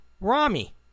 Rami